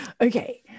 Okay